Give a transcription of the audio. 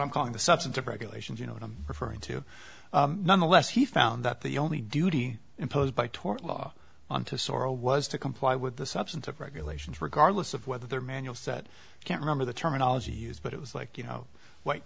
i'm calling the substantive regulations you know what i'm referring to nonetheless he found that the only duty imposed by tort law on to sorel was to comply with the substantive regulations regardless of whether their manual sat can't remember the terminology used but it was like you know white